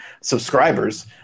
subscribers